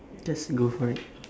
just go for it